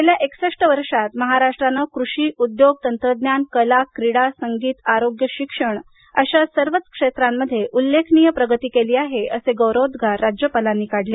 गेल्या एकसष्ट वर्षात महाराष्ट्रांनं कृषी उद्योग तंत्रज्ञान कला क्रीडा संगीत आरोग्यशिक्षण या सर्व क्षेत्रांमध्ये उल्लेखनीय प्रगती केली आहे असे गौरवोदगार राज्यपालांनी काढले